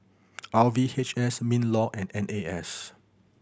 R V H S MinLaw and N A S